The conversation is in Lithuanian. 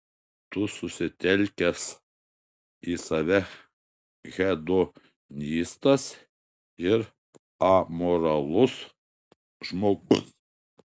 tu susitelkęs į save hedonistas ir amoralus žmogus